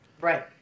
Right